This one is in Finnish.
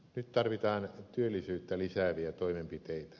nyt tarvitaan työllisyyttä lisääviä toimenpiteitä